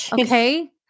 Okay